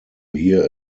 hear